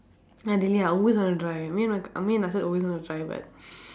I always want to try I mean I mean my side always want to try but